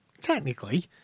technically